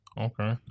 Okay